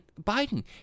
Biden